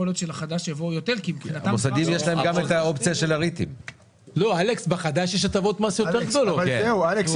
יכול להיות שלחדש יבואו יותר כי --- אפשר רק לענות לו הוא שאל אותי?